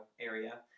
area